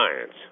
science